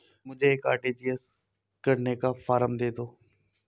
मुझे एक आर.टी.जी.एस करने का फारम दे दो?